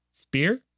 spear